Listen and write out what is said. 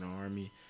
army